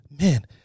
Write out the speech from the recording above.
Man